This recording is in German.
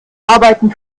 arbeiten